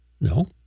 No